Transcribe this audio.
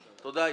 תודה.